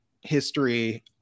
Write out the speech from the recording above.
history